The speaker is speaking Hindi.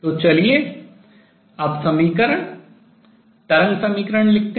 तो चलिए अब समीकरण तरंग समीकरण लिखते हैं